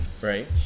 Right